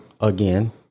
again